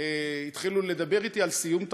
התחילו לדבר אתי על סיום תפקידי.